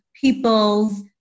people's